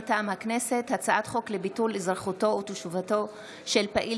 מטעם הכנסת: הצעת חוק לביטול אזרחותו או תושבותו של פעיל